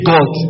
God